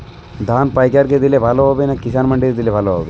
ধান পাইকার কে দিলে ভালো হবে না কিষান মন্ডিতে দিলে ভালো হবে?